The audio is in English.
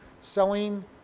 selling